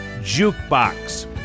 JUKEBOX